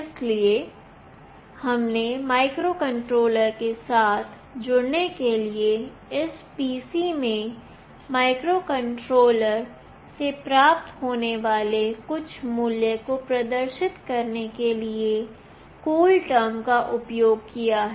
इसलिए हमने माइक्रोकंट्रोलर के साथ जुड़ने के लिए और इस PC में माइक्रोकंट्रोलर से प्राप्त होने वाले कुछ मूल्य को प्रदर्शित करने के लिए कूल टर्म का उपयोग किया है